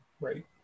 right